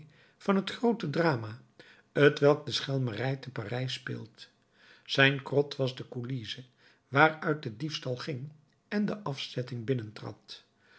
van het groote drama t welk de schelmerij te parijs speelt zijn krot was de coulisse waaruit de diefstal ging en de afzetting